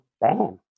bam